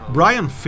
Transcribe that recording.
Brian